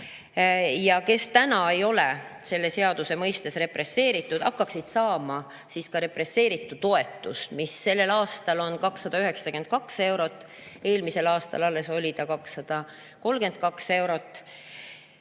ja kes täna ei ole selle seaduse mõistes represseeritud, hakkaksid saama represseeritu toetust, mis sellel aastal on 292 eurot, eelmisel aastal alles oli see 232 eurot.